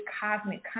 cosmic